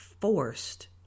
forced